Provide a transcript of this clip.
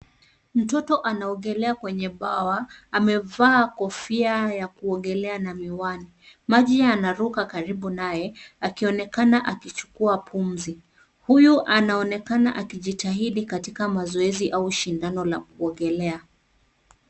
Mtoto anaogelea kwenye bwawa, amevaa kofia ya kuogelea na miwani, maji yanaruka karibu naye akionekana akichukua pumzi. Huyu anaonekana akijitahidi katika mazoezi au shindano la kuogelea.